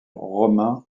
romain